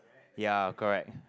ya correct